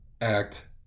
act